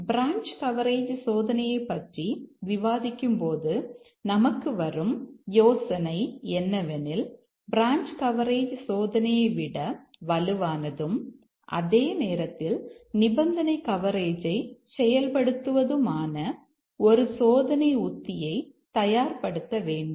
branch coverage சோதனையைப் பற்றி விவாதிக்கும் போது நமக்கு வரும் யோசனை என்னவெனில் பிரான்ச் கவரேஜ் சோதனையை விட வலுவானதும் அதே நேரத்தில் நிபந்தனை கவரேஜை செயல்படுத்துவதும் ஆன ஒரு சோதனை உத்தியை தயார்படுத்த வேண்டும்